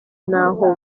n’aho